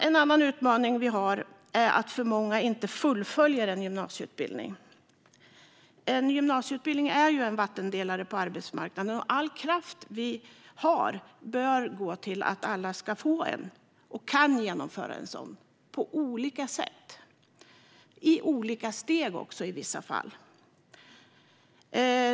En annan utmaning vi har är att för många inte fullföljer sin gymnasieutbildning. En gymnasieutbildning är en vattendelare på arbetsmarknaden, och all kraft vi har bör gå till att alla ska få och kunna genomföra en sådan på olika sätt och i olika steg i vissa fall.